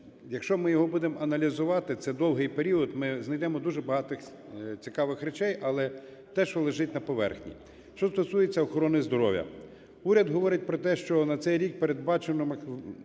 Якщо ми його будемо аналізувати, це довгий період, ми знайдемо дуже багато цікавих речей. Але те, що лежить на поверхні. Що стосується охорони здоров'я. Уряд говорить про те, що на цей рік передбачено максимально